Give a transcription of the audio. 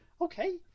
okay